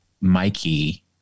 Mikey